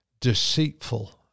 deceitful